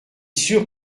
sûr